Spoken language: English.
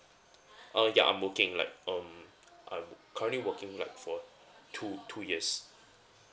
uh ya I'm working like um I'm currently working like for two two years